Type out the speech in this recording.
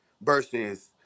Versus